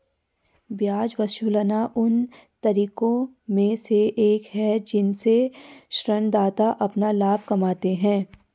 ब्याज वसूलना उन तरीकों में से एक है जिनसे ऋणदाता अपना लाभ कमाते हैं